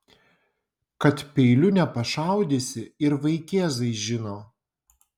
kad peiliu nepašaudysi ir vaikėzai žino